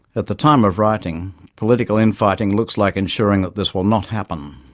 at the time of writing, political infighting looks like ensuring that this will not happen.